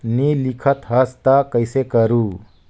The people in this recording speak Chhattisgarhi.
नी लिखत हस ता कइसे करू?